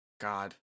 God